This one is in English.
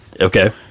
okay